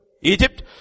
Egypt